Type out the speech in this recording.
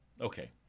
Okay